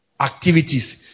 activities